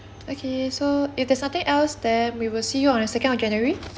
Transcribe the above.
okay so if there's nothing else then we will see you on the second of january